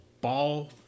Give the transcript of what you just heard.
ball